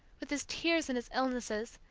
with his tears and his illnesses,